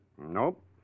Nope